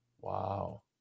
Wow